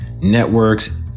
networks